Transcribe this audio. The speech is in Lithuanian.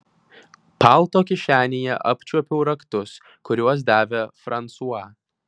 palto kišenėje apčiuopiau raktus kuriuos davė fransua